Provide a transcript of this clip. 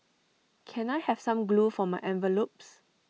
can I have some glue for my envelopes